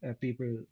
people